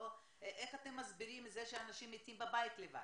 איך אתם מסבירים את זה שאנשים מתים בבית לבד?